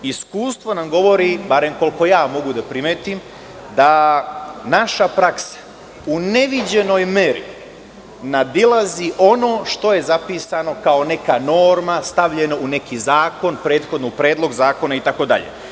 Iskustvo nam govori, barem koliko ja mogu da primetim, da naša praksa u neviđenoj meri nadilazi oni što je zapisano kao neka norma, stavljena u neki zakon, prethodno u predlog zakona itd.